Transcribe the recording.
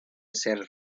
ser